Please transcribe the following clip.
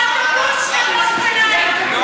באוטובוס ובאופניים.